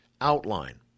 Outline